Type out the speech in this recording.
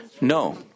No